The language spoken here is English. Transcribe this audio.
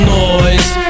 noise